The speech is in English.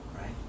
right